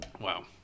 Wow